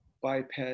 biped